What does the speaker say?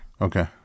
Okay